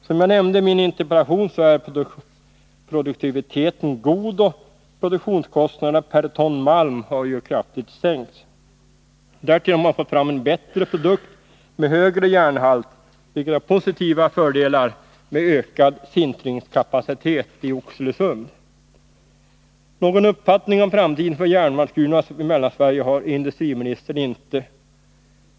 Som jag nämnde i min interpellation är produktiviteten god, och produktionskostnaderna per ton malm har kraftigt sänkts. Därtill har man fått fram en bättre produkt med högre järnhalt, vilket har betydande fördelar med ökad sintringskapacitet i Oxelösund. Någon uppfattning om framtiden för järnmalmsgruvorna i Mellansverige har industriministern inte.